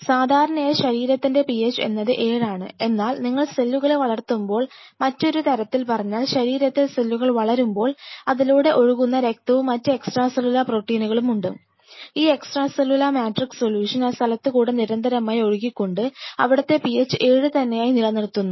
സാധാരണയായി ശരീരത്തിൻറെ PH എന്നത് 7 ആണ് എന്നാൽ നിങ്ങൾ സെല്ലുകളെ വളർത്തുമ്പോൾ മറ്റൊരു തരത്തിൽ പറഞ്ഞാൽ ശരീരത്തിൽ സെല്ലുകൾ വളരുമ്പോൾ അതിലൂടെ ഒഴുകുന്ന രക്തവും മറ്റ് എക്സ്ട്രാ സെല്ലുലാർ പ്രോട്ടീനുകളും ഉണ്ട് ഈ എക്സ്ട്രാ സെല്ലുലാർ മാട്രിക്സ് സൊലൂഷൻ ആ സ്ഥലത്ത് കൂടെ നിരന്തരമായ ഒഴുക്കിക്കൊണ്ട് അവിടത്തെ PH 7 തന്നെയായി നിലനിർത്തുന്നു